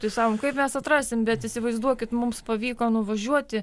tai sakom kaip mes atrasim bet įsivaizduokit mums pavyko nuvažiuoti